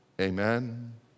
Amen